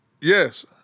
yes